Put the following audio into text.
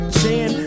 chin